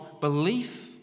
belief